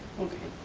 okay.